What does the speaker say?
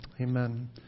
Amen